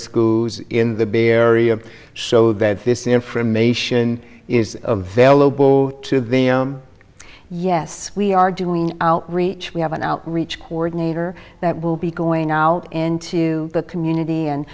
school in the bay area show that this information is a very low bow to them yes we are doing outreach we have an outreach coordinator that will be going out into the community and